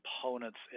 components